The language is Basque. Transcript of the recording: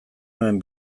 nuen